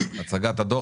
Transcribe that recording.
הצגת הדוח.